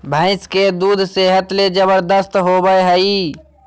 भैंस के दूध सेहत ले जबरदस्त होबय हइ